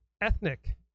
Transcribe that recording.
ethnic